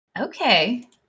Okay